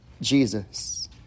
Jesus